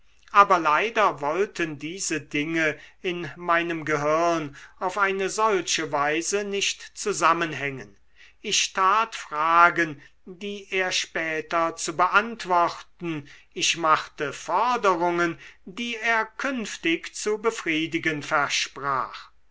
aber leider wollten diese dinge in meinem gehirn auf eine solche weise nicht zusammenhängen ich tat fragen die er später zu beantworten ich machte forderungen die er künftig zu befriedigen versprach